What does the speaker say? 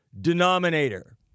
denominator